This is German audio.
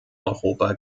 europa